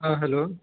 हॅं हेल्लो